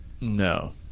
No